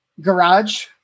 Garage